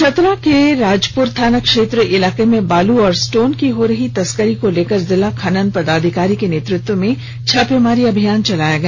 चतरा के राजपुर थाना क्षेत्र इलाके में बालू और स्टोन की हो रही तस्करी को लेकर जिला खनन पदाधिकारी के नेतृत्व में छापेमारी अभियान चलाया गया